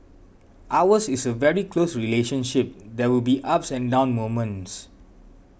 ours is a very close relationship there will be ups and down moments